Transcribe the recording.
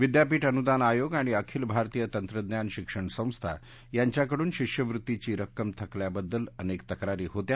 विदयापीठ अनुदान आयोग आणि आखिल भारतीय तंत्रज्ञान शिक्षण संस्था यांच्याकडून शिष्यवृत्तीची रक्कम थकल्याबद्दल अनेक तक्रारी होत्या